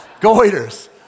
Goiters